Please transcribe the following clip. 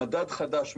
מדד חדש,